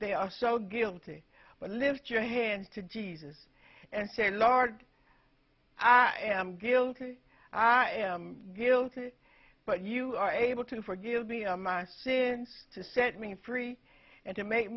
they are so guilty but lift your hands to jesus and say lord i am guilty i am guilty but you are able to forgive me on my sins to set me free and to make